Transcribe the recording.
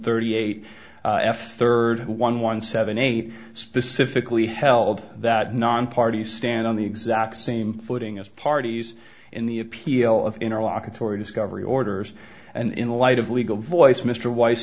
thirty eight f third one one seven eight specifically held that non parties stand on the exact same footing as parties in the appeal of interlocking torrie discovery orders and in the light of legal voice mr weis